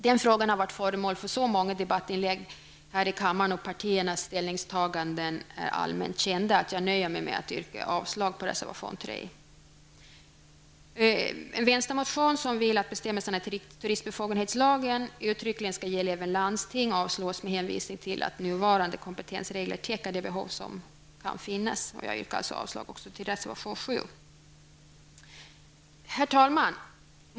Den frågan har varit föremål för många debattinlägg här i kammaren och partiernas ställningstaganden är allmänt kända. Därför nöjer jag mig med att yrka avslag på reservation 3. En vänstermotion där man vill att bestämmelserna i turistbefogenhetslagen uttryckligen skall gälla även landsting avstyrks med hänvisning till att nuvarande kompetensregler täcker det behov som kan finnas. Jag yrkar avslag på reservation 7. Herr talman!